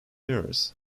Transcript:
mirrors